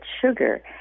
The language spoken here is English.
sugar